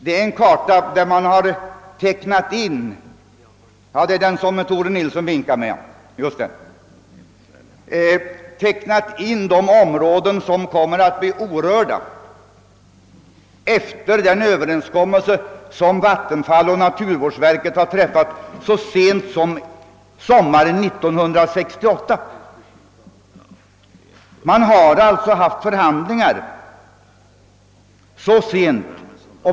Det är en karta på vilken har tecknats in de områden som kommer att bli orörda efter den överenskommelse som Vattenfall och naturvårdsverket träffade så sent som sommaren 1968. Förhandlingar har alltså förts så sent.